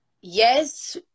Yes